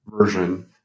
version